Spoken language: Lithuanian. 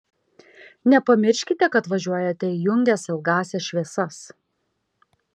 nepamirškite kad važiuojate įjungęs ilgąsias šviesas